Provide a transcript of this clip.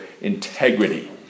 integrity